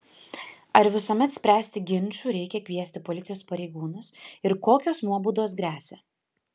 ar visuomet spręsti ginčų reikia kviesti policijos pareigūnus ir kokios nuobaudos gresia